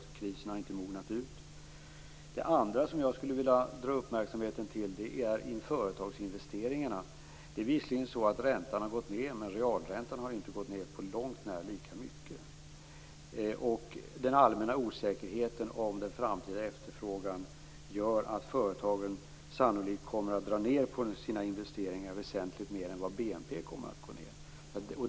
Krisen har inte mognat ut. Jag vill också dra uppmärksamheten till företagsinvesteringarna. Räntan har visserligen gått ned, men realränta har inte gått ned på långt när lika mycket. Den allmänna osäkerheten om den framtida efterfrågan gör att företagen sannolikt kommer att dra ned på sina investeringar väsentligt mer än vad BNP kommer att gå ned.